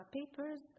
papers